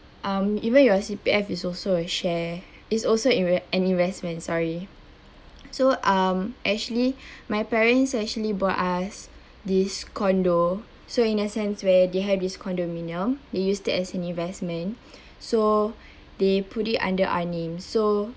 um even your C_P_F is also a share is also inv~ an investment sorry so um actually my parents actually bought us this condo so in a sense where they have this condominium they use that as an investment so they put it under our name so